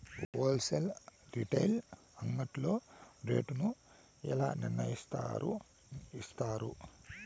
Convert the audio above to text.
Whole sale retail అంగడ్లలో rate ను ఎలా నిర్ణయిస్తారు యిస్తారు?